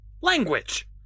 Language